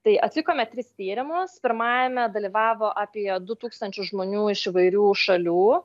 tai atlikome tris tyrimus pirmajame dalyvavo apie du tūkstančius žmonių iš įvairių šalių